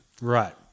Right